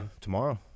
tomorrow